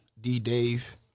D-Dave